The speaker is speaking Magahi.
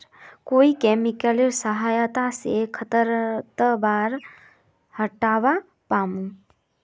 कोइ केमिकलेर सहायता से खरपतवार हटावा पामु